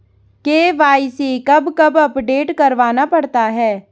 KYC कब कब update करवाना पड़ता है?